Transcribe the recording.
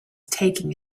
taking